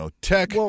tech